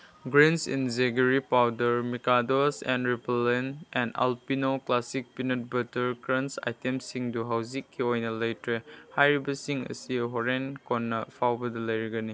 greens in jaggery powder ꯃꯤꯀꯥꯗꯣꯁ and repellent and Alpino classic peanut butter crunch ꯑꯥꯏꯇꯦꯝꯁꯤꯡꯗꯨ ꯍꯧꯖꯤꯛꯀꯤ ꯑꯣꯏꯅ ꯂꯩꯇ꯭ꯔꯦ ꯍꯥꯏꯔꯤꯕꯁꯤꯡ ꯑꯁꯤ ꯍꯣꯔꯦꯟ ꯀꯣꯟꯅ ꯐꯥꯎꯕꯗ ꯂꯩꯔꯒꯅꯤ